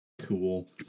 cool